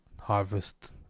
harvest